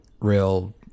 real